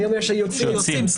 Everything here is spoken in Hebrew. שיוצאים.